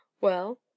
Well